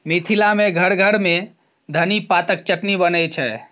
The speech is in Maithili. मिथिला मे घर घर मे धनी पातक चटनी बनै छै